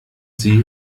sie